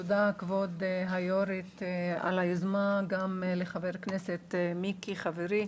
תודה כבוד היושבת ראש ותודה גם לחבר הכנסת מיקי לוי חברי.